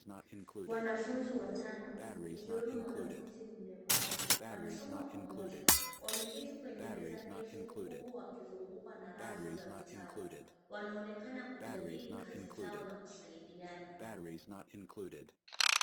Wanafunzi watano ikiwemo mwanafunzi mlemavu wanasoma pamoja. Wameketi kwenye meza ndefu huku wakizungukwa na rafu za vitabu. Wanaonekana kujadili kazi zao na kusaidiana.